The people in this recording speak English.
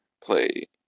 play